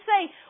say